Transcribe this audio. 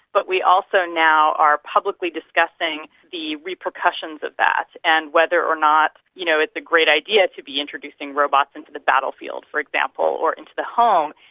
but we also now are publicly discussing the repercussions of that and whether or not you know it's a great idea to be introducing robots into the battlefield for example, or into the home.